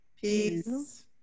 Peace